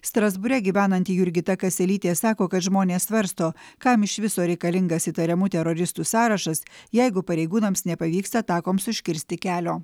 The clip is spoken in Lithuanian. strasbūre gyvenanti jurgita kaselytė sako kad žmonės svarsto kam iš viso reikalingas įtariamų teroristų sąrašas jeigu pareigūnams nepavyks atakoms užkirsti kelio